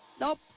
Nope